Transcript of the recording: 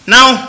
Now